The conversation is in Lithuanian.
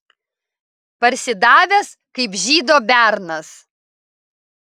parsidavęs kaip žydo bernas